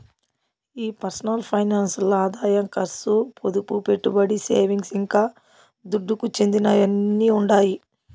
ఈ personal finance ల్ల ఆదాయం కర్సు, పొదుపు, పెట్టుబడి, సేవింగ్స్, ఇంకా దుడ్డుకు చెందినయ్యన్నీ ఉండాయి